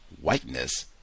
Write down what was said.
whiteness